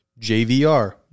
JVR